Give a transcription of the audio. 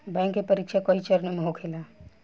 bank के परीक्षा कई चरणों में होखेला